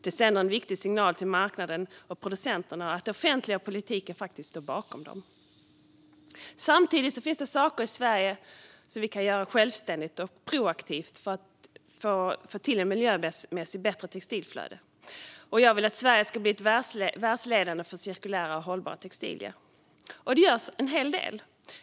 Det sänder en viktig signal till marknaden och producenterna att det offentliga och politiken faktiskt står bakom dem. Samtidigt finns det saker som Sverige kan göra självständigt och proaktivt för att få till miljömässigt bättre textilflöden. Jag vill att Sverige ska bli världsledande för cirkulära och hållbara textilier. Och det görs en hel del.